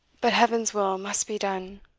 but heaven's will must be done!